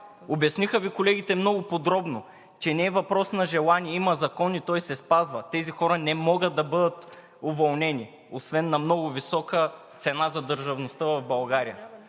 Обясниха Ви колегите много подробно, че не е въпрос на желание. Има закон и той се спазва. Тези хора не могат да бъдат уволнени, освен на много висока цена за държавността в България.